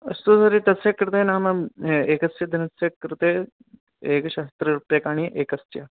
अस्तु तर्हि तस्य कृते नाम एकस्य दिनस्य कृते एकसहस्ररूप्यकाणि एकस्य